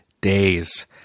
days